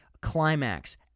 climax